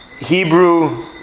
Hebrew